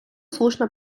слушне